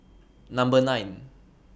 Number nine